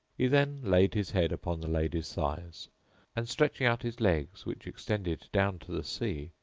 he then laid his head upon the lady's thighs and, stretching out his legs which extended down to the sea,